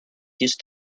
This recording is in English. used